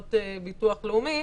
קצבאות ביטוח לאומי,